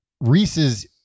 Reese's